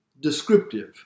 descriptive